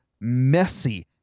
messy